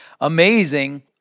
amazing